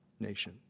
nation